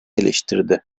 eleştirdi